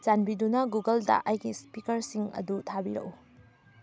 ꯆꯥꯟꯕꯤꯗꯨꯅ ꯒꯨꯒꯜꯗ ꯑꯩꯒꯤ ꯏꯁꯄꯤꯀꯔꯁꯤꯡ ꯑꯗꯨ ꯊꯥꯕꯤꯔꯛꯎ